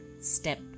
step